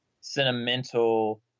sentimental